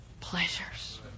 pleasures